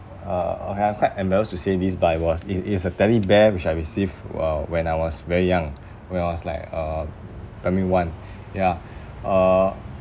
uh and I'm quite embarrassed to say this but it was is is a teddy bear which I received uh when I was very young when I was like uh primary one ya uh